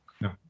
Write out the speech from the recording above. No